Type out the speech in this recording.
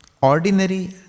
Ordinary